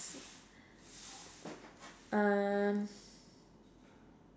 uh